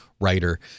writer